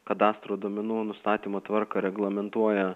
kadastro duomenų nustatymo tvarką reglamentuoja